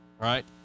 right